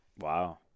Wow